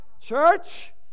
Church